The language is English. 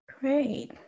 Great